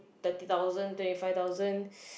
thirty thousand twenty five thousand